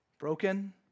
Broken